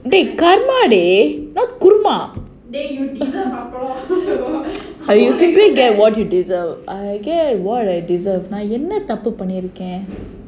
!huh! dey karma dey not kuruma but you simply get what you deserve I get what I deserve நான் என்ன தப்பு பண்ணிருக்கேன்:naan enna thappu pannirukaen